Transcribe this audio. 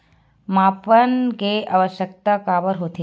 मापन के आवश्कता काबर होथे?